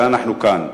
כשאנחנו כאן?